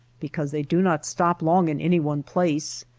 because they do not stop long in any one place.